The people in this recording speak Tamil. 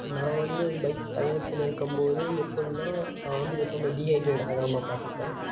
நான் வந்து பைக் பயணத்தில் இருக்கும் போது எப்புடினா நான் வந்து எப்பவுமே டீஹைட்ரேட் ஆகாமல் பார்த்துப்பேன்